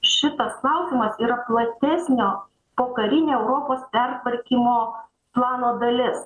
šitas klausimas yra platesnio pokarinio europos pertvarkymo plano dalis